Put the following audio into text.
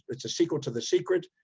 it's a sequel to the secret.